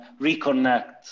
reconnect